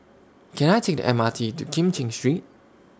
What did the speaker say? Can I Take The M R T to Kim Cheng Street